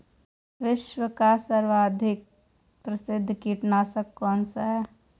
विश्व का सर्वाधिक प्रसिद्ध कीटनाशक कौन सा है?